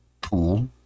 pool